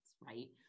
right